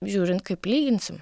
žiūrint kaip lyginsim